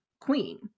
queen